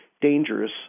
dangerous